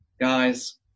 guys